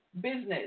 business